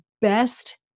best